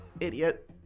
Idiot